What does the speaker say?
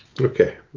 Okay